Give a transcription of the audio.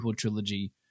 trilogy